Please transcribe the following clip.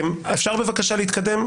אפשר בבקשה להתקדם?